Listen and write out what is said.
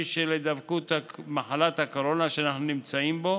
של הידבקות במחלת הקורונה שאנחנו נמצאים בו,